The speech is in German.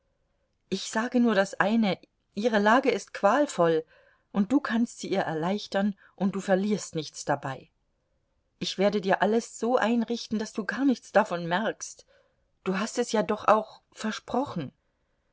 ich sage nur das eine ihre lage ist qualvoll und du kannst sie ihr erleichtern und du verlierst nichts dabei ich werde dir alles so einrichten daß du gar nichts davon merkst du hast es ja doch auch versprochen